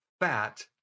fat